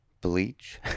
bleach